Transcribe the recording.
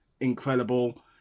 incredible